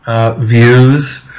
views